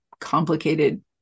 complicated